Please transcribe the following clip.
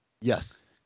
Yes